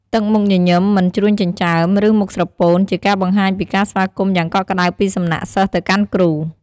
ទឹកមុខញញឹម មិនជ្រួញចិញ្ចើម ឬ មុខស្រពោន ជាការបង្ហាញពីការស្វាគមន៍យ៉ាងកក់ក្ដៅពីសំណាក់សិស្សទៅកាន់គ្រូ។